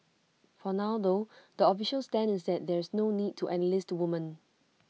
for now though the official stand is that there's no need to enlist women